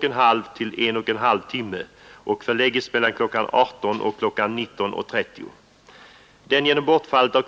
Den genom bortfallet av